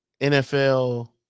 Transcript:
NFL